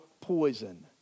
poison